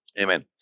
Amen